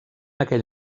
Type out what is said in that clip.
aquell